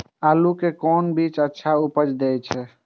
आलू के कोन बीज अच्छा उपज दे छे?